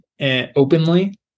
openly